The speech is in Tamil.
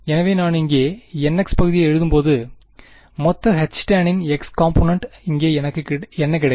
எனவே நான் இங்கே nx பகுதியை எழுதும்போது மொத்த Htan இன் x காம்பொனன்ட் இங்கே எனக்கு என்ன கிடைக்கும்